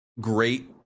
great